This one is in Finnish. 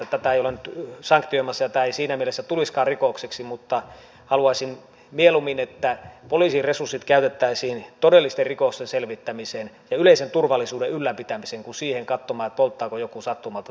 tätä ei olla nyt sanktioimassa ja tämä ei siinä mielessä tulisikaan rikokseksi mutta haluaisin että poliisin resurssit käytettäisiin mieluummin todellisten rikosten selvittämiseen ja yleisen turvallisuuden ylläpitämiseen kuin siihen että katsotaan polttaako joku sattumalta tupakkaa autossa